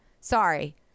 Sorry